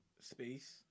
space